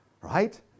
right